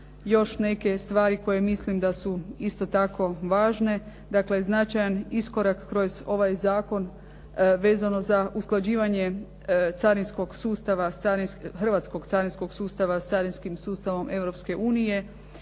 još neke stvari koje mislim da su isto tako važne. Dakle značajan iskorak kroz ovaj zakon vezano za usklađivanje carinskog sustava, hrvatskog carinskog sustava s carinskim sustavom